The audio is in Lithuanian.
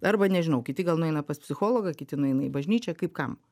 arba nežinau kiti gal nueina pas psichologą kiti nueina į bažnyčią kaip kam